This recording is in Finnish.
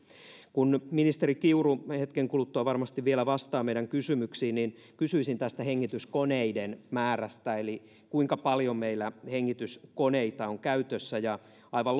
kun ministeri kiuru hetken kuluttua varmasti vielä vastaa meidän kysymyksiimme niin kysyisin tästä hengityskoneiden määrästä kuinka paljon meillä hengityskoneita on käytössä ja aivan